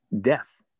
death